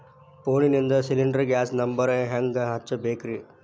ಫೋನಿಂದ cylinder gas number ಹೆಂಗ್ ಹಚ್ಚ ಬೇಕ್ರಿ?